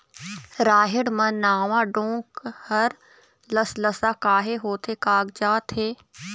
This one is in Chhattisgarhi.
रहेड़ म नावा डोंक हर लसलसा काहे होथे कागजात हे?